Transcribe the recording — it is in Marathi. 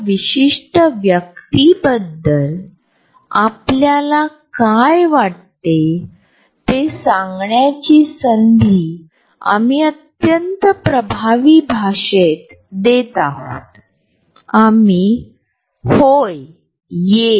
स्वतःचा वैयक्तिक अंतराळ किंवा झोन असे सूचित करतो की आम्ही इतर लोकांशी मानसिक संबंध जोडतो आम्ही दोन लोकांचे फुगे एकत्रित करीत आहोत